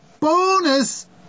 bonus